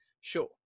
sure